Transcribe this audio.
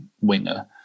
winger